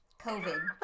covid